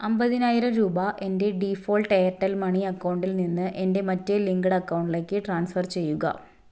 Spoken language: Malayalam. അമ്പതിനായിരം രൂപ എൻ്റെ ഡിഫോൾട്ട് എയർടെൽ മണി അക്കൗണ്ടിൽ നിന്ന് എൻ്റെ മറ്റേ ലിങ്ക്ഡ് അക്കൗണ്ടിലേക്ക് ട്രാൻസ്ഫർ ചെയ്യുക